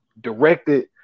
directed